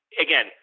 again